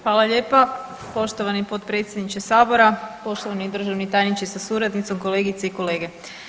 Hvala lijepa poštovani potpredsjedniče sabora, poštovani državni tajniče sa suradnicom, kolegice i kolege.